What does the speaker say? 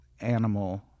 animal